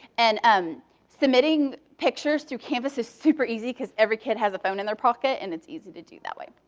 and um submitting pictures through canvas is super easy because every kid has a phone in their pocket, and it's easy to do that way.